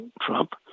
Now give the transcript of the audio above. Trump